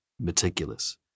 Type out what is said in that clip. meticulous